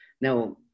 Now